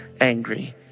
angry